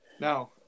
Now